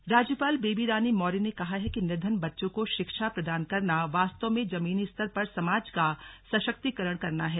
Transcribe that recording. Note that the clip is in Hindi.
स्लग राज्यपाल राज्यपाल बेबीरानी मौर्य ने कहा है कि निर्धन बच्चों को शिक्षा प्रदान करना वास्तव में जमीनी स्तर पर समाज का सशक्तिकरण करना है